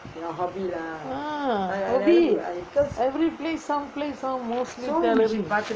ah hobby every place some place all mostly tailoring